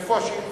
ובכן,